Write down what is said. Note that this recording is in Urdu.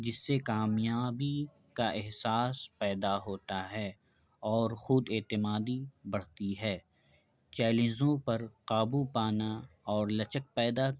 جس سے کامیابی کا احساس پیدا ہوتا ہے اور خود اعتمادی بڑھتی ہے چیلنزوں پر قابو پانا اور لچک پیدا